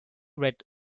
read